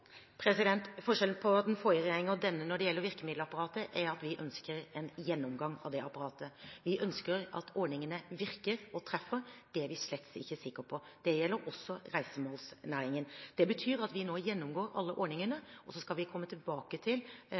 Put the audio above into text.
definerer? Forskjellen på den forrige regjeringen og denne når det gjelder virkemiddelapparatet, er at vi ønsker en gjennomgang av det apparatet. Vi ønsker at ordningene virker og treffer. Det er vi slett ikke sikre på. Det gjelder også reisemålsnæringen. Det betyr at vi nå gjennomgår alle ordningene, og så skal vi komme tilbake til